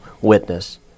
witness